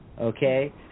okay